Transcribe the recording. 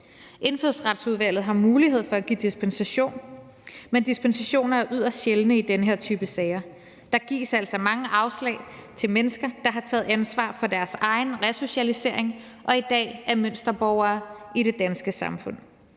Indfødsretsudvalget har mulighed for at give dispensation, men dispensationer er yderst sjældne i den her type sager. Der gives altså mange afslag til mennesker, der har taget ansvar for deres egen resocialisering og i dag er mønsterborgere i det danske samfund.